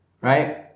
Right